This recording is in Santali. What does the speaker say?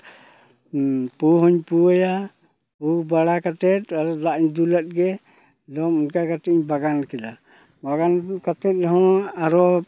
ᱯᱩ ᱦᱚᱸᱧ ᱯᱩᱭᱟ ᱯᱩ ᱵᱟᱲᱟ ᱠᱟᱛᱮ ᱟᱨᱚ ᱫᱟᱜ ᱤᱧ ᱫᱩᱞᱟᱜ ᱜᱮ ᱟᱫᱚ ᱚᱱᱠᱟ ᱠᱟᱛᱮᱧ ᱵᱟᱜᱟᱱ ᱠᱮᱫᱟ ᱢᱟᱨᱟᱝ ᱠᱟᱛᱮ ᱡᱟᱦᱟᱱᱟᱜ ᱟᱨᱚ